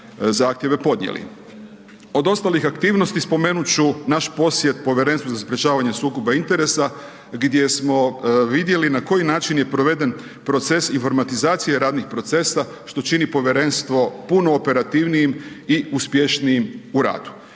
Od ostalih aktivnosti, spomenuti ću naš posjed Povjerenstva za sprječavanje sukoba interesa, gdje smo vidjeli na koji način je proveden proces informatizacije radnih procesa, što čini povjerenstvo puno operativniji i uspješniji u radu.